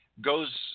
goes